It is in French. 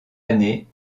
année